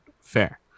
Fair